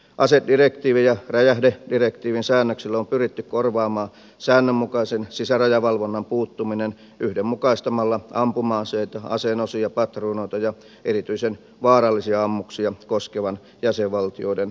asedirektiivin ja räjähdedirektiivin säännöksillä on pyritty korvaamaan säännönmukaisen sisärajavalvonnan puuttuminen yhdenmukaistamalla ampuma aseita aseen osia patruunoita ja erityisen vaarallisia ammuksia koskevat jäsenvaltioiden säännökset